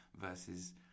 versus